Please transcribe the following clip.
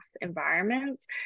environments